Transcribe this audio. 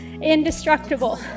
indestructible